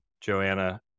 Joanna